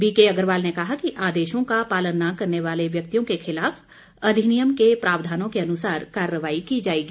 BK Agarwal ने कहा कि आदेशों का पालन न करने वाले व्यक्तियों के खिलाफ अधिनियम के प्रावधानों के अनुसार कार्रवाई की जाएगी